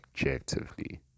objectively